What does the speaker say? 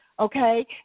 Okay